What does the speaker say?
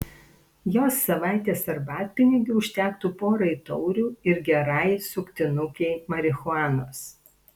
jos savaitės arbatpinigių užtektų porai taurių ir gerai suktinukei marihuanos